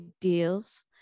deals